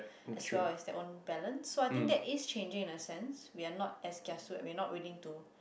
as well as their own balance so I think that is changing in a sense we are not as kiasu we are not willing to